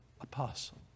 apostle